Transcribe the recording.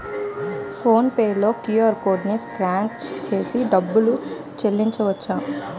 phone pay లో QR code scan చేసి డబ్బులు చెల్లించవచ్చు